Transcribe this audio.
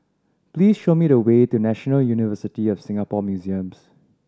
please show me the way to National University of Singapore Museums